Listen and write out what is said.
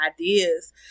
ideas